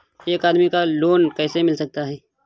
एक आदमी को लोन कैसे मिल सकता है?